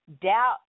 Doubt